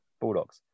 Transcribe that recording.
Bulldogs